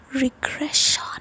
regression